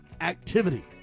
activity